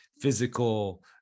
physical